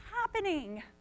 happening